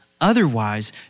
Otherwise